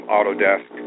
Autodesk